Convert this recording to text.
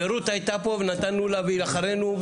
ורות הייתה פה ונתנו לה והיא אחרינו.